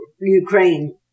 Ukraine